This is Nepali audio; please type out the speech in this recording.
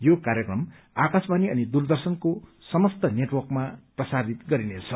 यो कार्यक्रम आकाशवाणी अनि दूरदर्शनको समस्त नेटवर्कमा प्रसारित गरिनेछ